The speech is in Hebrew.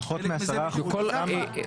חלק מזה בכפר כנא.